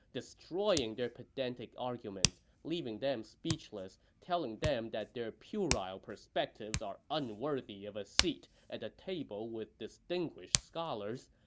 destroying their pedantic arguments, leaving them speechless, telling them that their puerile perspectives are unworthy of a seat at the table with distinguished scholars,